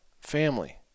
family